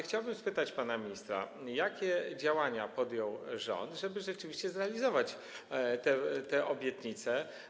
Chciałbym spytać pana ministra, jakie działania podjął rząd, żeby rzeczywiście zrealizować te obietnice.